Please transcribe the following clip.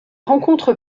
rencontre